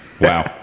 wow